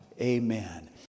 amen